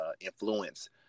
influence